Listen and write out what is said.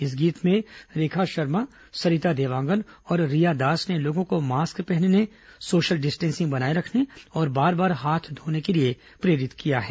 इस गीत में रेखा शर्मा सरिता देवांगन और रिया दास ने लोगों को मास्क पहनने सोशल डिस्टेसिंग बनाए रखने और बार बार हाथ धोने के लिए प्रेरित किया है